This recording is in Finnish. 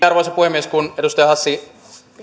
arvoisa puhemies kun edustaja hassi